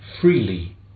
freely